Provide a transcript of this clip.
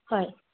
হয়